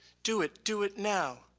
do it, do it now.